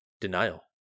Denial